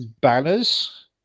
banners